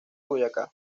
boyacá